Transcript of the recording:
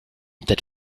that